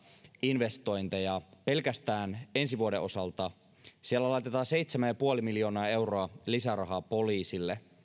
investointeja pelkästään ensi vuoden osalta niin siellä laitetaan seitsemän pilkku viisi miljoonaa euroa lisärahaa poliisille